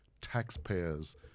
taxpayers